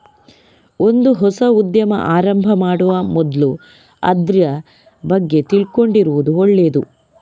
ಒಂದು ಹೊಸ ಉದ್ಯಮ ಆರಂಭ ಮಾಡುವ ಮೊದ್ಲು ಅದ್ರ ಬಗ್ಗೆ ತಿಳ್ಕೊಂಡಿರುದು ಒಳ್ಳೇದು